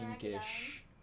pinkish